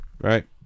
right